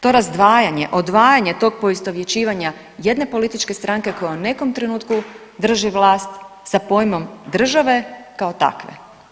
To razdvajanje, odvajanje tog poistovjećivanja jedne političke stranke koja u nekom trenutku drži vlast sa pojmom države kao takve.